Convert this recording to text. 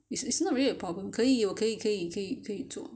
is is not really a problem 可以我可以可以可以可以做